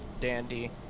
Dandy